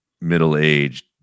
middle-aged